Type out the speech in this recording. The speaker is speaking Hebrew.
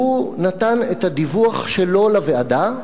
הוא נתן את הדיווח שלו לוועדה,